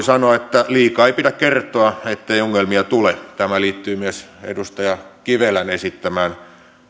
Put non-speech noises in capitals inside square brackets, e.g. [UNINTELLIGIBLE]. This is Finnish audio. [UNINTELLIGIBLE] sanoa että liikaa ei pidä kertoa ettei ongelmia tule tämä liittyy myös edustaja kivelän esittämään